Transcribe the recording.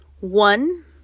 One